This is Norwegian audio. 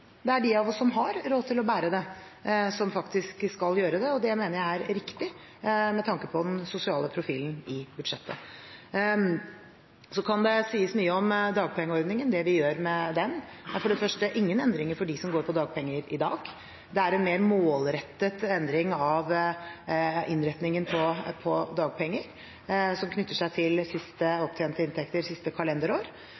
Det er de av oss som har råd til å bære det, som faktisk skal gjøre det, og det mener jeg er riktig med tanke på den sosiale profilen i budsjettet. Så kan det sies mye om dagpengeordningen. Det vi gjør med den, er for det første ingen endringer for dem som går på dagpenger i dag. Det er en mer målrettet endring av innretningen på dagpenger som knytter seg til sist opptjente penger siste